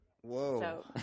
Whoa